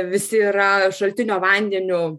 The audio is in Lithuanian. visi yra šaltinio vandeniu